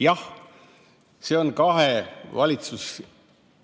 Jah, see on kahe valitsuserakonna